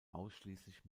ausschließlich